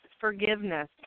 forgiveness